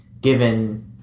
given